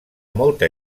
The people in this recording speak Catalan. molta